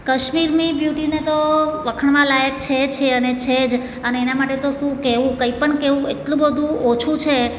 કશ્મીરની બ્યુટીને તો વખાણવાલાયક છે છે અને છે જ અને એના માટે તો શું કહેવું કંઈ પણ કહેવું એટલું બધું ઓછું છે